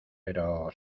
pero